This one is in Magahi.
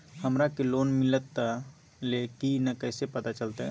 हमरा के लोन मिलता ले की न कैसे पता चलते?